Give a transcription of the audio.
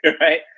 right